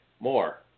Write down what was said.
More